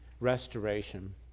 restoration